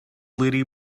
lady